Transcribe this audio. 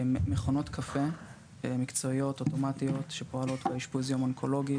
מכונות קפה מקצועיות אוטומטיות שפועלות באשפוז יום אונקולוגי.